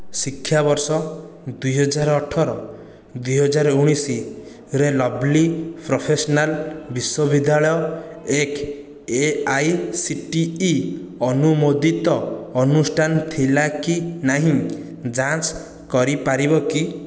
ଶିକ୍ଷାବର୍ଷ ଦୁଇହଜାର ଅଠର ଦୁଇହଜାର ଉଣେଇଶି ରେ ଲଭ୍ଲି ପ୍ରଫେସନାଲ୍ ବିଶ୍ୱବିଦ୍ୟାଳୟ ଏକ A I C T E ଅନୁମୋଦିତ ଅନୁଷ୍ଠାନ ଥିଲା କି ନାହିଁ ଯାଞ୍ଚ କରିପାରିବ କି